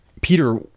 Peter